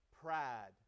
pride